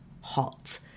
hot